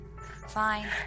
Fine